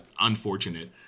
unfortunate